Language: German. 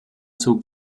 zog